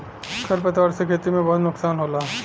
खर पतवार से खेती में बहुत नुकसान होला